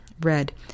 red